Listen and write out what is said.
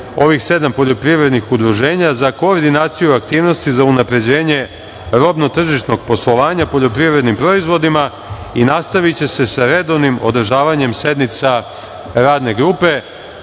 ovih sedam poljoprivrednih udruženja za koordinaciju aktivnosti za unapređenje robno-tržišnog poslovanja poljoprivrednim proizvodima i nastaviće se sa redovnim održavanjem sednica radne grupe.